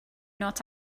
not